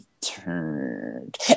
turned